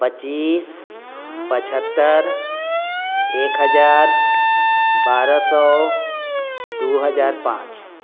पच्चीस पचहत्तरि एक हजार बारह सए दू हजार पाँच